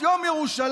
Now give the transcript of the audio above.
את יום ירושלים?